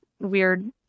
weird